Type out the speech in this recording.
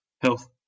health